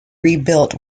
rebuilt